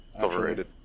Overrated